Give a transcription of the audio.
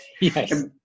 yes